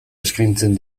eskaintzen